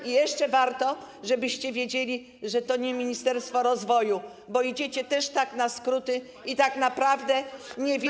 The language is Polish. I jeszcze warto, żebyście wiedzieli, że to nie ministerstwo rozwoju, bo idziecie też tak na skróty i tak naprawdę nie wiecie.